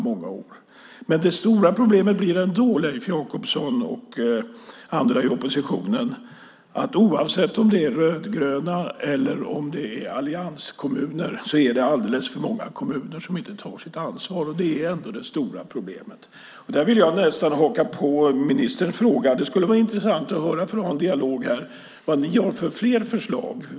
Men det stora problemet blir ändå, Leif Jakobsson och andra i oppositionen, att oavsett om det är rödgröna kommuner eller allianskommuner så är det alldeles för många kommuner som inte tar sitt ansvar. Där vill jag nästan haka på ministerns fråga. För att ha en dialog här skulle det vara intressant att höra vad ni har för fler förslag.